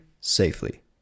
safely